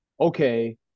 okay